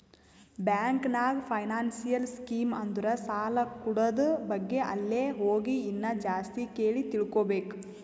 bank ನಾಗ್ financial scheme ಅಂದುರ್ ಸಾಲ ಕೂಡದ್ ಬಗ್ಗೆ ಅಲ್ಲೇ ಹೋಗಿ ಇನ್ನಾ ಜಾಸ್ತಿ ಕೇಳಿ ತಿಳ್ಕೋಬೇಕು